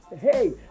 hey